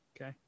Okay